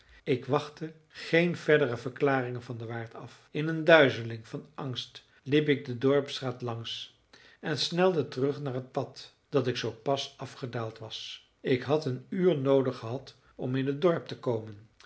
ik wachtte geen verdere verklaringen van den waard af in een duizeling van angst liep ik de dorpsstraat langs en snelde terug naar het pad dat ik zoo pas afgedaald was ik had een uur noodig gehad om in het dorp te komen